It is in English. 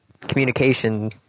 communication